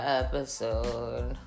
episode